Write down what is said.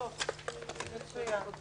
הישיבה ננעלה